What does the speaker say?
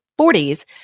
40s